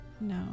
no